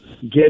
get